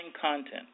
content